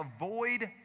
avoid